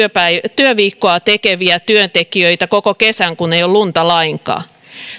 työviikkoa tekeviä työntekijöitä koko kesän kun ei ole lunta lainkaan